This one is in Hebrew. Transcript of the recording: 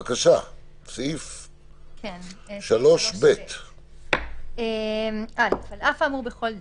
בואי נמשיך בבקשה לסעיף 3ב. 3ב. (א) על אף האמור בכל דין,